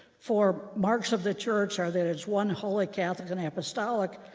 for marks of the church are that it's one holy catholic and apostolic.